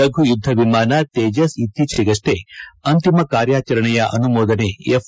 ಲಘು ಯುದ್ದ ವಿಮಾನ ತೇಜಸ್ ಇತ್ತೀಚೆಗಷ್ಲೇ ಅಂತಿಮ ಕಾರ್ಯಾಚರಣೆಯ ಅನುಮೋದನೆ ಎಫ್